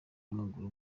w’amaguru